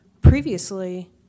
previously